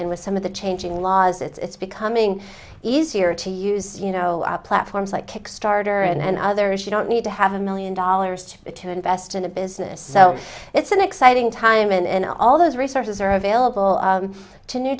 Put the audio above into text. and with some of the changing laws it's becoming easier to use you know our platforms like kickstarter and others you don't need to have a million dollars to invest in a business so it's an exciting time and all those resources are available to new